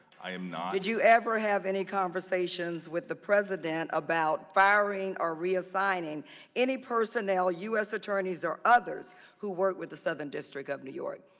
i am not, did you ever have any conversations with the president about firing or reassigning any personnel, us attorneys or others who worked with the southern district of new york?